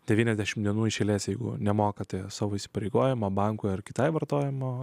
devyniasdešim dienų iš eilės jeigu nemokate savo įsipareigojimų bankui ar kitai vartojimo